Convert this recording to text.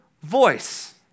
voice